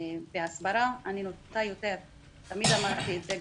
תמיד אמרתי את זה,